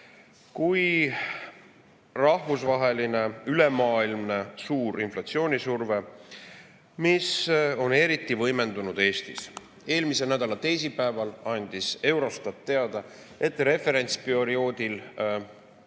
kui rahvusvaheline, ülemaailmne suur inflatsioonisurve, mis on eriti võimendunud Eestis. Eelmise nädala teisipäeval andis Eurostat teada, et referentsperioodil